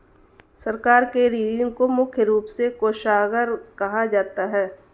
सरकार के ऋण को मुख्य रूप से कोषागार कहा जाता है